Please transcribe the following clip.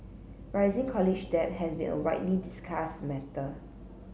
rising college debt has been a widely discussed matter